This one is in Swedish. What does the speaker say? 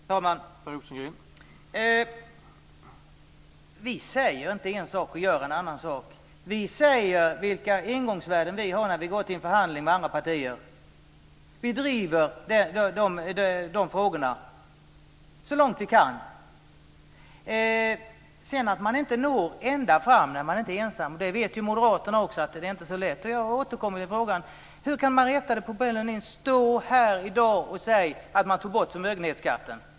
Herr talman! Vi säger inte en sak och gör en annan sak. Vi säger vilka ingångsvärden vi har när vi går till en förhandling med andra partier. Vi driver de frågorna så långt vi kan. Att man sedan inte når ända fram när man inte är ensam vet Moderaterna också; det är inte så lätt. Jag återkommer till frågan: Hur kan Marietta de Pourbaix-Lundin stå här i dag och säga att man tog bort förmögenhetsskatten?